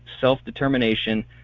self-determination